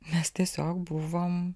mes tiesiog buvom